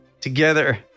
together